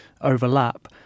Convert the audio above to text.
overlap